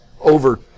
over